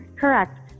correct